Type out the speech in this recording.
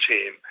Team